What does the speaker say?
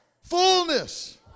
Fullness